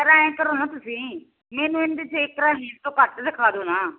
ਐਂਉਂ ਕਰੋ ਨਾ ਤੁਸੀਂ ਮੈਨੂੰ ਹੀਲ ਤੋਂ ਘੱਟ ਦਿਖਾ ਦਿਓ ਨਾ